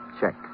Check